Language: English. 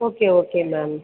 okay okay ma'am